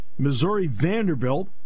Missouri-Vanderbilt